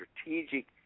strategic